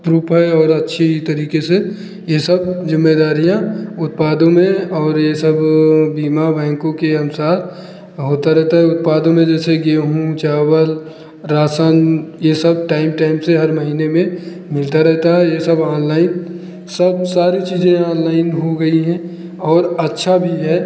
proof है और अच्छी तरीके से यह सब ज़िम्मेदारियाँ उत्पादों में और यह सब बीमा बैंकों के अनुसार होता रहता है उत्पादों में जैसे गेहूँ चावल राशन यह सब टाएम टाएम से हर महीने में मिलता रहता है यह सब ऑनलाइन सब सारी चीज़ें ऑनलाइन हो गई हैं और अच्छा भी है